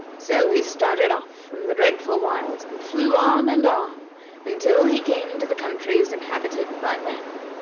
so he started off from the dreadful wilds, and flew on and on until he came to the countries inhabited by men,